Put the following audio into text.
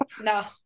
No